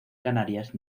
canarias